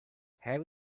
have